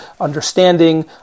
understanding